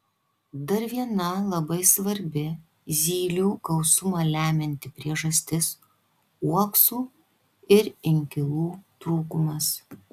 dar viena labai svarbi zylių gausumą lemianti priežastis uoksų ir inkilų trūkumas